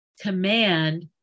command